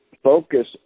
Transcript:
Focus